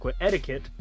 etiquette